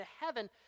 heaven